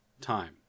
time